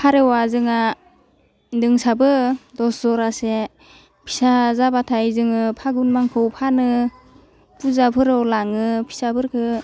फारौवा जोंहा दंसाबो दस जरासे फिसा जाबाथाइ जोङो फागुन मांखौ फानो फुजाफोराव लाङो फिसाफोरखौ